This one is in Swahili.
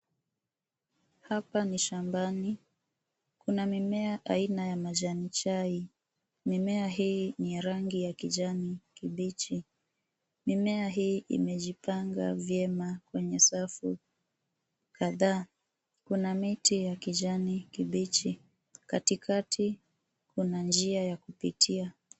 Hapa ni shambani, kuna mimea aina ya majani chai, mimea hii ni ya rangi ya kijani kibichi. Mimea hii imejipanga vyema, kwenye safu kadhaa, kuna miti ya kijani kibichi, katikati, kuna njia ya kupitia.